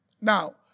Now